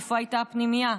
איפה הייתה הפנימייה?